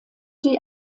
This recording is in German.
die